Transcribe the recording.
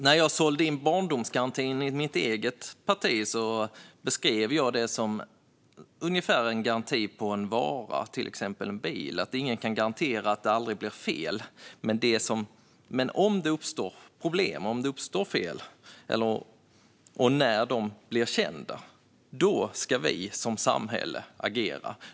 När jag sålde in barndomsgarantin i mitt eget parti beskrev jag den ungefär som en garanti på en vara, till exempel en bil. Ingen kan garantera att det aldrig blir fel, men om det uppstår problem och fel som blir kända ska vi som samhälle agera.